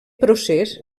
procés